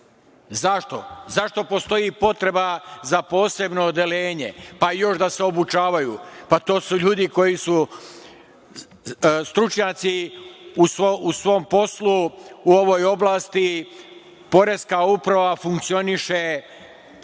Zašto? Zašto postoji potreba za posebno odeljenje, pa još da se obučavaju? Pa to su ljudi koji su stručnjaci u svom poslu u ovoj oblasti, Poreska uprava funkcioniše, što